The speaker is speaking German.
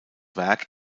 werk